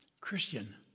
Christian